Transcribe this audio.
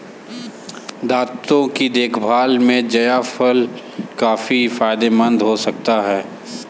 दांतों की देखभाल में जायफल काफी फायदेमंद हो सकता है